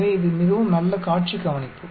எனவே இது மிகவும் நல்ல காட்சி கவனிப்பு